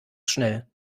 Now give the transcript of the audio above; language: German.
schnell